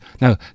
Now